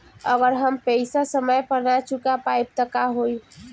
अगर हम पेईसा समय पर ना चुका पाईब त का होई?